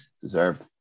Deserved